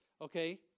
Okay